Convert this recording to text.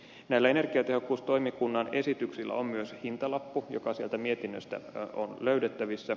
näillä energiatehokkuustoimikunnan esityksillä on myös hintalappu joka sieltä mietinnöstä on löydettävissä